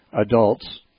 adults